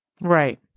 right